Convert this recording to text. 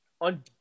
on